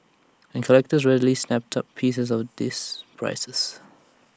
and collectors readily snap up pieces at these prices